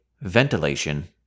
ventilation